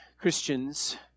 Christians